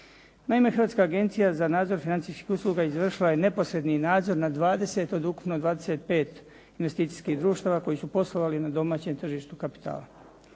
Naime, Hrvatska agencija za nadzor financijskih usluga izvršila je neposredni nadzor nad 20 od ukupno 25 investicijskih društava koji su poslovali na domaćem tržištu kapitala.